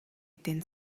эдийн